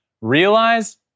realize